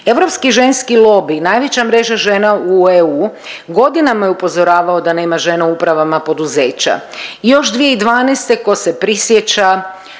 Europski ženski lobij najveća mreža žena u EU godinama je upozoravao da nema žena u upravama poduzeća. Još 2012. tko se prisjeća